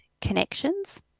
connections